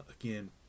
Again